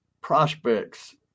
prospects